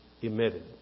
emitted